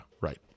right